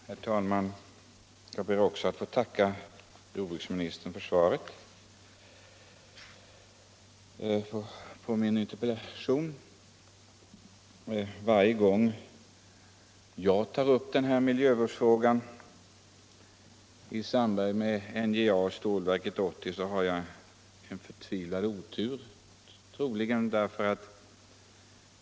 Herr talman! Jag ber också att få tacka jordbruksministern för svaret. Varje gång jag tar upp frågan om miljövården i samband med NJA och Stålverk 80 har jag en förtvivlad otur.